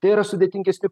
tai yra sudėtingesni